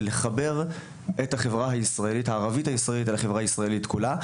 ולחבר את החברה הערבית ישראלית לחברה הישראלית כולה,